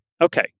Okay